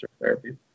therapy